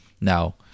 Now